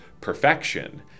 perfection